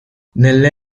nelle